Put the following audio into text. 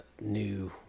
new